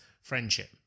friendship